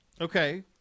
Okay